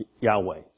Yahweh